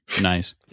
Nice